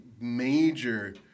major